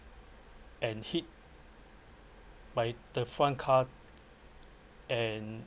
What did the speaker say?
and hit by the front car and